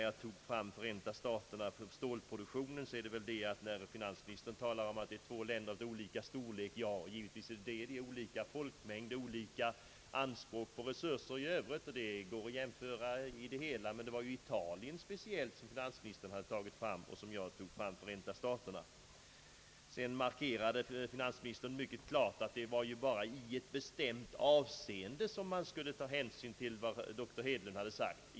Jag tog vidare upp Förenta staternas stålproduktion, medan finansministern ju speciellt höll sig till Italien. Han framhöll att USA och Sverige var två länder av olika storlek. Ja, visst är de olika. De har olika stor folkmängd och de har olika anspråk på resurser i övrigt. replik mycket klart, att det bara var i ett bestämt avseende som man skulle ta hänsyn till vad doktor Hedlund hade sagt.